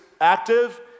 active